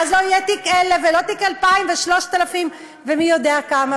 ואז לא יהיה תיק 1000 ולא תיק 2000 ו-3000 ומי יודע כמה,